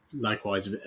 likewise